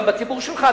גם בציבור שלך.